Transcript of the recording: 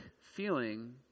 feeling